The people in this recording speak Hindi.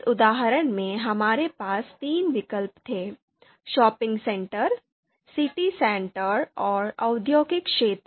इस उदाहरण में हमारे पास तीन विकल्प थे शॉपिंग सेंटर सिटी सेंटर और औद्योगिक क्षेत्र